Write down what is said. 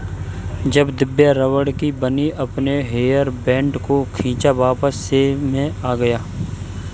जब दिव्या रबड़ की बनी अपने हेयर बैंड को खींचा वापस शेप में आ गया